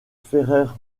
ferrer